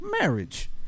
marriage